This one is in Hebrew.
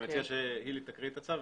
אני מציע שהילי תקריא את הצו.